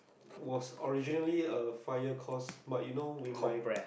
was originally a five year course but you know with my